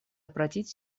обратить